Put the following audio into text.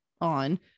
on